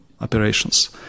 operations